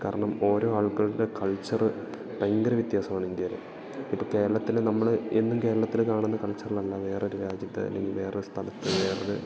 കാരണം ഓരോ ആൾക്കാരുടെ കൾച്ചറ് ഭയങ്കര വ്യത്യാസമാണ് ഇന്ത്യയിലെ ഇപ്പം കേരളത്തില് നമ്മള് എന്നും കേരളത്തില് കാണുന്ന കൾച്ചർ അല്ല വേറൊര് രാജ്യത്ത് അല്ലെങ്കിൽ വേറൊര് സ്ഥലത്ത് വേറൊര്